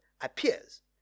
appears